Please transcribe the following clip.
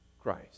Christ